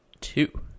two